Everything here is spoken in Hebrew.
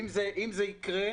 אם זה יקרה,